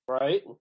right